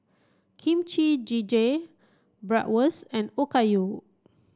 Kimchi Jjigae Bratwurst and Okayu